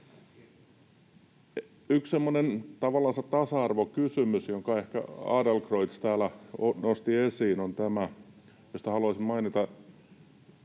tasa-arvokysymys, jonka ehkä Adlercreutz täällä nosti esiin, on tämä, josta haluaisin mainita: